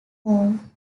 home